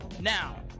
now